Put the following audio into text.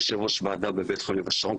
יושב ראש ועדה בבית חולים לב השרון,